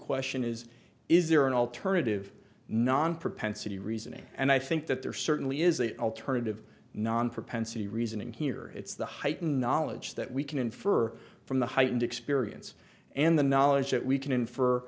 question is is there an alternative non propensity reasoning and i think that there certainly is a alternative non propensity reasoning here it's the heightened knowledge that we can infer from the heightened experience and the knowledge that we can infer